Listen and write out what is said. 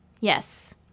Yes